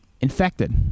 Infected